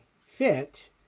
fit